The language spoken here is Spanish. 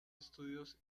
estudios